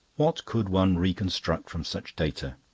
what could one reconstruct from such data?